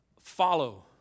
follow